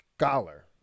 scholar